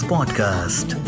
Podcast